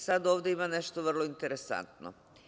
Sada ovde ima nešto vrlo interesantno.